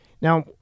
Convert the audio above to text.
Now